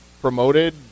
promoted